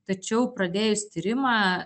tačiau pradėjus tyrimą